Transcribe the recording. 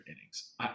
innings